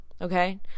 okay